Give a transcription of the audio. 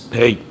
hey